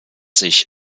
sich